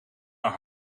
haar